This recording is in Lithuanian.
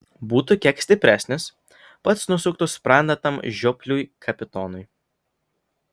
būtų kiek stipresnis pats nusuktų sprandą tam žiopliui kapitonui